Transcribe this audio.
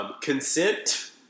Consent